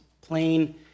plain